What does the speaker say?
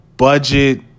budget